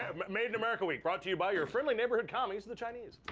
um made in america week, brought to you by your friendly neighborhood commies, the chinese.